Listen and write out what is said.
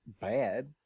bad